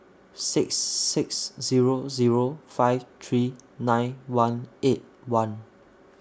six six Zero Zero five three nine one eight one